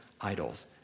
idols